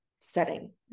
setting